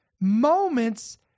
moments